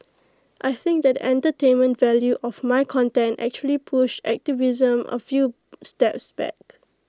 I think that entertainment value of my content actually pushed activism A few steps back